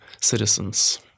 citizens